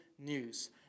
news